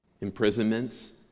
Imprisonments